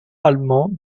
allemand